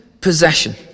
possession